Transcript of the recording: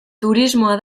turismoa